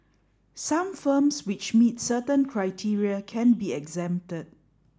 some firms which meet certain criteria can be exempted